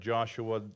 Joshua